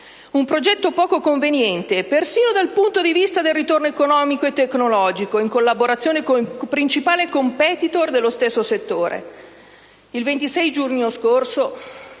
Un progetto poco conveniente persino dal punto di vista del ritorno economico e tecnologico in collaborazione con il principale *competitor* dello stesso settore. Il 26 giugno scorso,